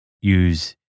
use